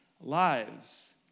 lives